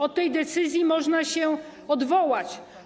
Od tej decyzji można się odwołać.